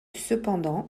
cependant